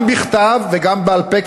גם בכתב וגם בעל-פה,